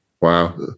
Wow